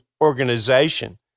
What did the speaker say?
organization